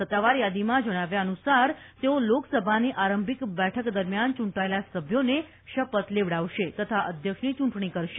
સત્તાવાર યાદીમાં જજ્ઞાવ્યા અનુસાર તેઓ લોકસભાની આરંભિક બેઠક દરમિયાન ચૂંટાયેલા સભ્યોને શપથ લેવડાવશે તથા અધ્યક્ષની ચૂંટણી કરશે